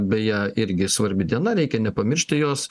beje irgi svarbi diena reikia nepamiršti jos